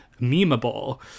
memeable